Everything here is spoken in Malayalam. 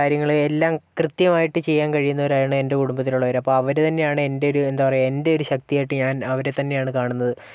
എൻ്റെ കാര്യങ്ങൾ എല്ലാം കൃത്യമായിട്ട് ചെയ്യാൻ കഴിയുന്നവരാണ് എൻ്റെ കുടുംബത്തിലുള്ളവര് അപ്പോൾ അവരെ തന്നെയാണ് എന്താ പറയുക എൻ്റെയൊരു ശക്തിയായിട്ട് ഞാൻ അവരെ തന്നെയാണ് കാണുന്നത്